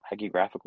hagiographical